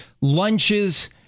lunches